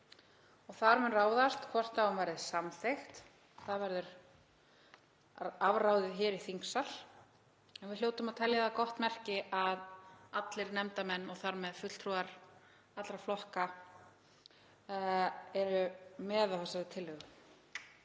og þar mun ráðast hvort hún verði samþykkt. Það verður afráðið hér í þingsal og við hljótum að telja það gott merki að allir nefndarmenn og þar með fulltrúar allra flokka eru með á þessari tillögu.